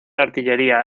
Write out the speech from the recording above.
artillería